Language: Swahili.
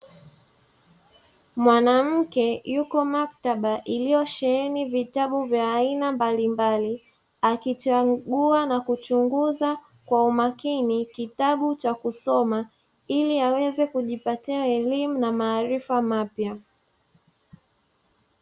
Mwanamke yuko maktaba iliyosheheni vitabu vya aina mbalimbali akichagua na kuchunguza kwa umakini kitabu cha kusoma ili aweze kujipatia elimu na maarifa mapya.